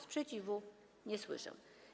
Sprzeciwu nie słyszę.